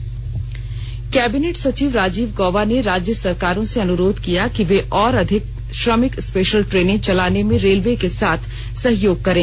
cabinet सचिव cabinet सचिव राजीव गौबा ने राज्य सरकारों से अनुरोध किया कि वे और अधिक श्रमिक स्पेशल ट्रेनें चलाने में रेलवे के साथ सहयोग करें